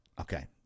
Okay